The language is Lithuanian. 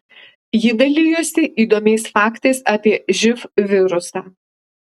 ji dalijosi įdomiais faktais apie živ virusą